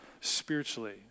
spiritually